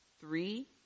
Three